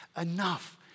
Enough